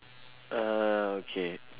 ah okay